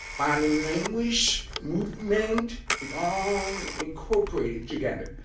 body language, movement it's all incorporated together.